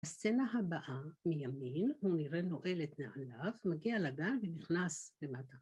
הסצנה הבאה מימין הוא נראה נועל את נעליו, מגיע לגן ונכנס למטה.